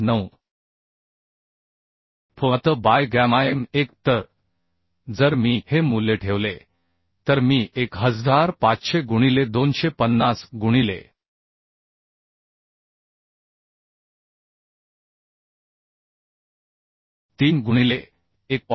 9 fuatn by गॅमाm 1 तर जर मी हे मूल्य ठेवले तर मी 1500 गुणिले 250 गुणिले 3 गुणिले 1